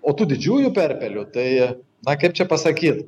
o tų didžiųjų perpelių tai na kaip čia pasakyt